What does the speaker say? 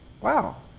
Wow